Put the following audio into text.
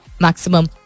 maximum